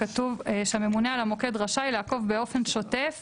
כתוב שהממונה על המוקד רשאי לעקוב באופן שוטף